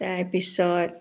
তাৰপিছত